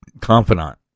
confidant